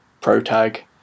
Protag